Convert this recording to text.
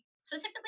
specifically